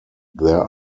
there